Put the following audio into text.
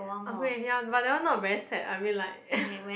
okay ya but that one is not a very sad I mean like